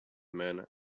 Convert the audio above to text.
men